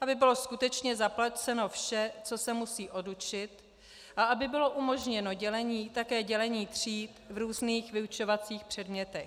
aby bylo skutečně zaplaceno vše, co se musí odučit, a aby bylo umožněno také dělení tříd v různých vyučovacích předmětech.